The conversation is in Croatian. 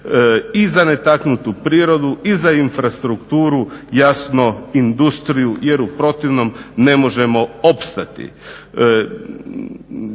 I za netaknutu prirodu i za infrastrukturu, jasno industriju jer u protivnom ne možemo opstati.